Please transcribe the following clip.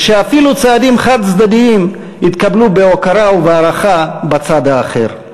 ושאפילו צעדים חד-צדדיים יתקבלו בהוקרה ובהערכה בצד האחר.